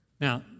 Now